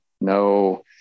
no